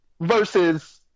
versus